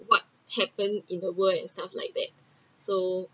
what happen in the world and stuff like that so